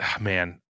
man